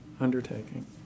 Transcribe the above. undertaking